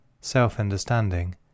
self-understanding